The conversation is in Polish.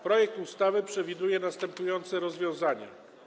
Projekt ustawy przewiduje następujące rozwiązania.